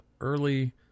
early